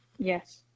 Yes